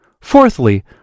Fourthly